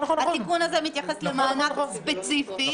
התיקון הזה מתייחס למענק ספציפי.